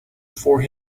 for